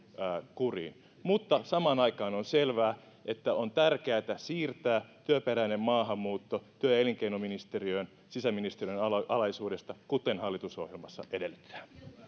kuriin mutta samaan aikaan on selvää että on tärkeätä siirtää työperäinen maahanmuutto työ ja elinkeinoministeriöön sisäministeriön alaisuudesta kuten hallitusohjelmassa edellytetään